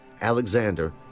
Alexander